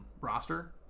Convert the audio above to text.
roster